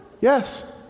yes